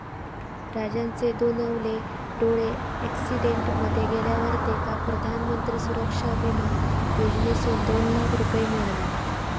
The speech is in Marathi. राजनचे दोनवले डोळे अॅक्सिडेंट मध्ये गेल्यावर तेका प्रधानमंत्री सुरक्षा बिमा योजनेसून दोन लाख रुपये मिळाले